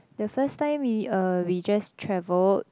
the first time we uh we just travelled